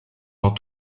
dans